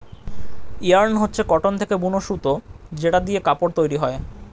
yarn হচ্ছে cotton থেকে বুন সুতো যেটা দিয়ে কাপড় তৈরী হয়